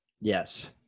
Yes